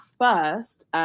first